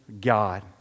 God